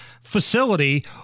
facility